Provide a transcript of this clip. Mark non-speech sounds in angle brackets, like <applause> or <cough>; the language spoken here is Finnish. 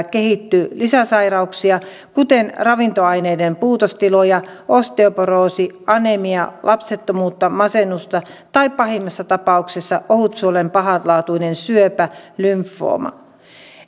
<unintelligible> kehittyy lisäsairauksia kuten ravintoaineiden puutostiloja osteoporoosi anemia lapsettomuutta masennusta tai pahimmassa tapauksessa ohutsuolen pahanlaatuinen syöpä lymfooma